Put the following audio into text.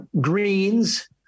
greens